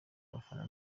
abafana